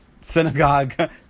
synagogue